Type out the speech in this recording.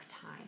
time